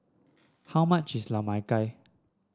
how much is la mai gao